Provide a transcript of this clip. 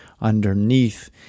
underneath